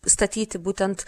statyti būtent